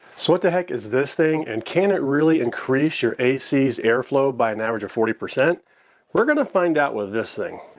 so, what the heck is this thing, and can it really increase your a c's airflow by an average of forty? we're gonna find out with this thing.